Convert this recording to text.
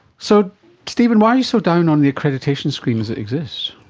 so stephen, why are you so down on the accreditation scheme as it exists?